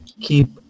keep